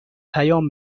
پیام